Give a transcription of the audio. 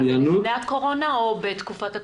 זה לפני הקורונה או בתקופת הקורונה?